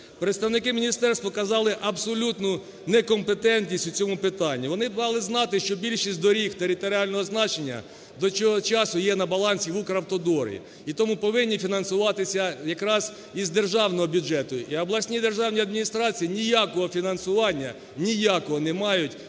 Представники міністерств казали абсолютну некомпетентність у цьому питанні. Вони мали б знати, що більшість доріг територіального значення до цього часу є на балансі в "Укравтодорі", і тому повинні фінансуватися якраз із державного бюджету. І обласні державні адміністрації ніякого фінансування, ніякого не мають